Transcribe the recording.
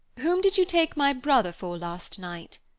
whom did you take my brother for last night?